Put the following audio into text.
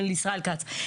של ישראל כץ,